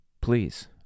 Please